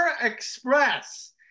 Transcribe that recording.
Express